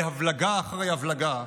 להבלגה אחרי הבלגה.